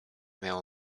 miało